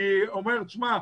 הוא אומר: תשמע,